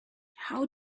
how